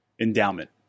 endowment